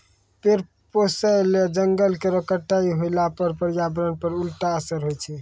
भेड़ पोसय ल जंगल केरो कटाई होला पर पर्यावरण पर उल्टा असर होय छै